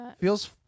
feels